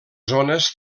zones